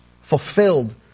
fulfilled